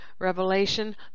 Revelation